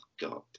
God